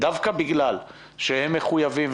דווקא בגלל שהם מחויבים,